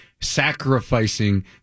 sacrificing